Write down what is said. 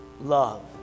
love